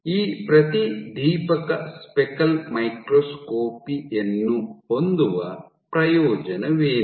ಈ ಪ್ರತಿದೀಪಕ speckle microscopy ಯನ್ನು ಹೊಂದುವ ಪ್ರಯೋಜನವೇನು